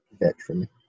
veteran